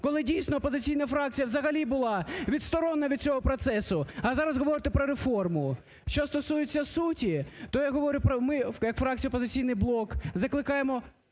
коли, дійсно, опозиційна фракція взагалі була відсторонена від цього процесу, а зараз говорите про реформу. Що стосується суті, то ми як фракція "Опозиційний блок" закликаємо